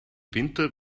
winter